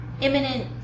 imminent